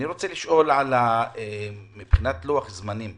אני רוצה לשאול על לוח הזמנים